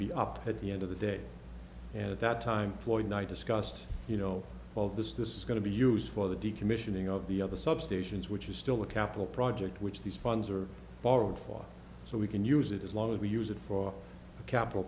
be up at the end of the day and at that time floyd knight discussed you know all of this this is going to be used for the decommissioning of the other substations which is still a capital project which these funds are borrowed for so we can use it as long as we use it for a capital